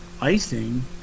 icing